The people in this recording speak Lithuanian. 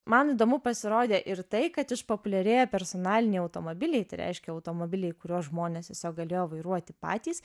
man įdomu pasirodė ir tai kad išpopuliarėję personaliniai automobiliai tai reiškia automobiliai kuriuos žmonės tiesiog galėjo vairuoti patys